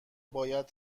باید